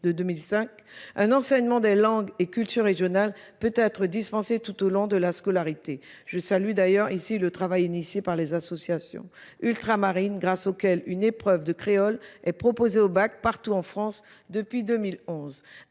de 2005, un enseignement des langues et cultures régionales peut être dispensé tout au long de la scolarité. Je salue d'ailleurs ici le travail initié par les associations ultramarines grâce auquel une épreuve de créole est proposée au bac partout en France depuis 2011.